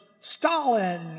Stalin